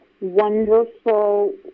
wonderful